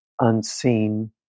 unseen